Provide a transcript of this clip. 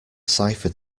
cipher